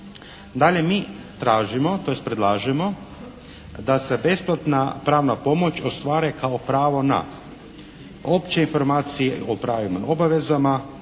Dalje mi tražimo tj. predlažemo da se besplatna pravna pomoć ostvaruje kao pravo na opće informacije o pravima i obavezama,